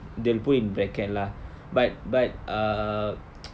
they'll put in bracket lah but but uh